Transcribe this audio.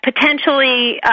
potentially